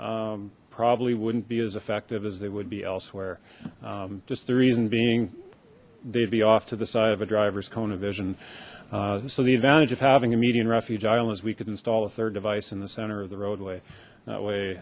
alone probably wouldn't be as effective as they would be elsewhere just the reason being they'd be off to the side of a drivers cone of vision so the advantage of having a median refuge islands we could install a third device in the center of the roadway that way